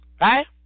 Right